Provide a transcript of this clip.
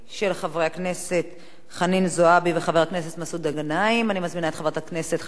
הצעות לסדר-היום מס' 7961, 7982